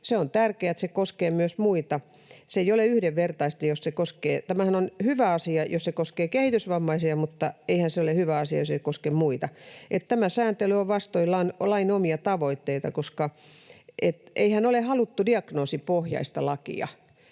se on tärkeää, että työtoiminta koskee myös muita. Se ei ole yhdenvertaista, jos se koskee vain kehitysvammaisia. Tämähän on hyvä asia, jos se koskee kehitysvammaisia, mutta eihän se ole hyvä asia, jos ei se koske muita. Tämä sääntely on vastoin lain omia tavoitteita, koska eihän ole haluttu diagnoosipohjaista lakia,